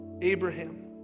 Abraham